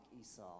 Esau